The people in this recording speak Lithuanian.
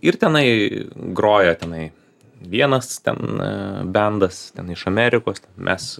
ir tenai grojo tenai vienas ten bendas ten iš amerikos mes